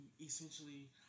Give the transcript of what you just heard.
essentially